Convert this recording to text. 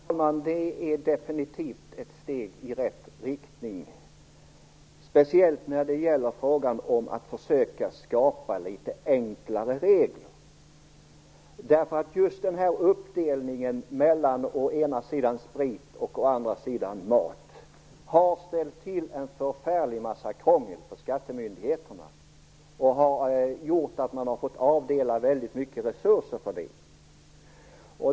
Fru talman! Ja, det är definitivt ett steg i rätt riktning, speciellt när det gäller frågan om att försöka skapa litet enklare regler. Just uppdelningen mellan sprit och mat har ställt till en förfärlig massa krångel för skattemyndigheterna. Man har fått avdela väldigt mycket resurser för det.